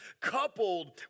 coupled